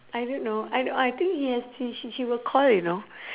I don't know I I think he has to she she will call you know